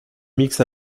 mixe